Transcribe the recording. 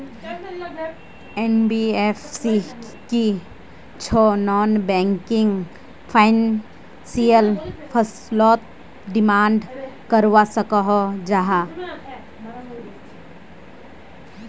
NBFC की छौ non banking financial फसलोत डिमांड करवा सकोहो जाहा?